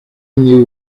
knew